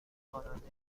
خواننده